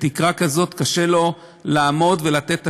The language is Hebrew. בתקרה כזאת קשה לו לעמוד ולתת אשראי,